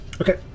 Okay